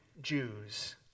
Jews